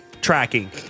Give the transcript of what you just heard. tracking